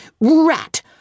Rat